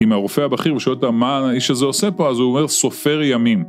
אם הרופא הבכיר, הוא שואל אותה, מה האיש הזה עושה פה, אז הוא אומר, סופר ימים.